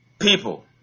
People